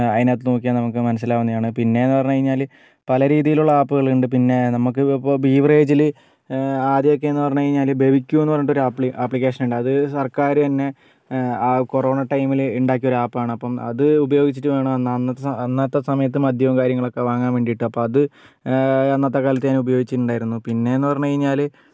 അതിനകത്തു നോക്കിയാൽ നമുക്ക് മനസ്സിലാകുന്നതാണ് പിന്നെയെന്ന് പറഞ്ഞു കഴിഞ്ഞാൽ പല രീതിയിലുള്ള ആപ്പുകൾ ഉണ്ട് പിന്നേ നമുക്ക് ഇപ്പോൾ ബീവറേജിൽ ആദ്യമൊക്കെയെന്ന് പറഞ്ഞു കഴിഞ്ഞാൽ ബെവ്ക്യൂ എന്ന് പറഞ്ഞിട്ട് ഒരു അപ്ലി ആപ്ലിക്കേഷനുണ്ട് അത് സർക്കാർ തന്നേ ആ കൊറോണ ടൈമിൽ ഉണ്ടാക്കിയ ഒരു ആപ്പാണ് അപ്പം അത് ഉപയോഗിച്ചിട്ടാണ് അന്ന് അന്നത്തേ സമയത്ത് മദ്യവും കാര്യങ്ങളൊക്കേ വാങ്ങാൻ വേണ്ടിയിട്ട് അപ്പം അത് അന്നത്തേ കാലത്ത് ഞാൻ ഉപയോഗിച്ചിട്ടുണ്ടായിരുന്നു പിന്നെയെന്ന് പറഞ്ഞ് കഴിഞ്ഞാൽ